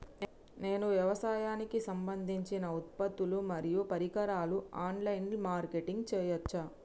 నేను వ్యవసాయానికి సంబంధించిన ఉత్పత్తులు మరియు పరికరాలు ఆన్ లైన్ మార్కెటింగ్ చేయచ్చా?